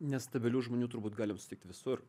nestabilių žmonių turbūt galima sutikti visur